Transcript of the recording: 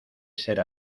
ser